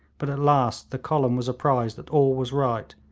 but at last the column was apprised that all was right,